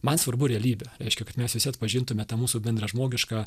man svarbu realybė reiškia kad mes visi atpažintume tą mūsų bendražmogišką